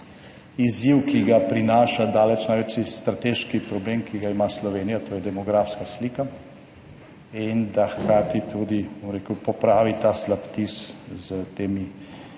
izziv, ki ga prinaša daleč največji strateški problem, ki ga ima Slovenija, to je demografska slika, in da hkrati tudi, bom rekel, popravi ta slab vtis s temi